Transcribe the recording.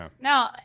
No